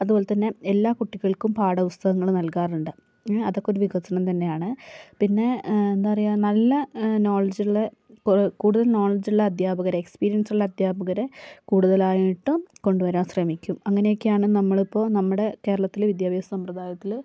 അതുപോലെ തന്നെ എല്ലാ കുട്ടികൾക്കും പാഠപുസ്തകങ്ങൾ നൽകാറുണ്ട് അതൊക്കെ ഒരു വികസനം തന്നെയാണ് പിന്നെ എന്താ പറയുക നല്ല നോളജുള്ള കൂടുതൽ നോളജുള്ള അധ്യാപകരെ എക്സ്പീരിയൻസുള്ള അധ്യാപകരെ കൂടുതലായിട്ടും കൊണ്ടു വരാൻ ശ്രമിക്കും അങ്ങനെയൊക്കെയാണ് നമ്മളിപ്പോൾ നമ്മുടെ കേരളത്തിലെ വിദ്യാഭ്യാസ സമ്പ്രദായത്തിൽ